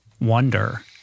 wonder